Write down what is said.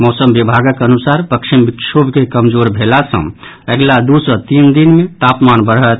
मौसम विभागक अनुसार पश्चिमी विक्षोभ के कमजोर भेला सऽ अगिला दू सँ तीन दिन मे तापमान बढ़त